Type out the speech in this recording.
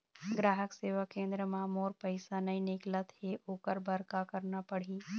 ग्राहक सेवा केंद्र म मोर पैसा नई निकलत हे, ओकर बर का करना पढ़हि?